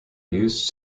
used